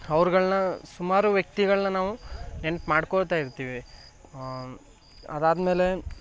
ಅವ್ರುಗಳ್ನ ಸುಮಾರು ವ್ಯಕ್ತಿಗನ್ನ ನಾವು ನೆನ್ಪು ಮಾಡ್ಕೊಳ್ತಾಯಿರ್ತೀವಿ ಅದಾದ್ಮೇಲೆ